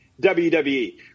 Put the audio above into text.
WWE